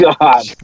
God